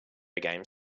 game